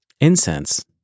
incense